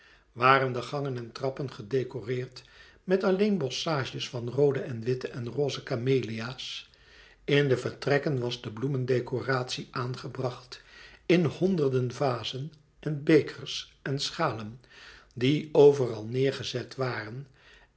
waren de gangen en trappen gedecoreerd met alleen bosschages van roode en witte en roze camelia's in de vertrekken was de bloemdecoratie aangebracht in honderden vazen en bekers en schalen die overal neêrgezet waren